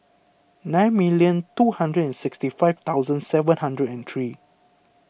nine million two hundred and sixty five thousand seven hundred and three